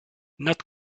not